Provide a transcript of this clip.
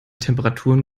temperaturen